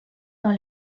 dans